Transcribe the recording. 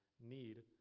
need